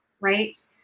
right